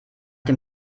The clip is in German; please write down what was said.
dem